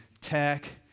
tech